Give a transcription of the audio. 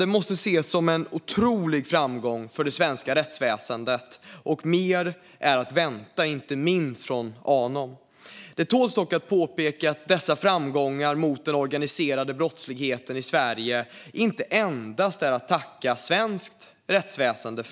Detta måste ses som en otrolig framgång för det svenska rättsväsendet. Mer är också att vänta, inte minst från Anom. Det tål dock att påpekas att inte endast svenskt rättsväsen är att tacka för dessa framgångar mot den organiserade brottsligheten i Sverige.